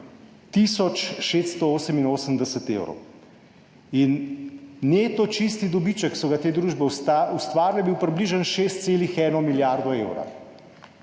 688 evrov. Neto čisti dobiček, ki so ga te družbe ustvarile, je bil približno 6,1 milijardo evra,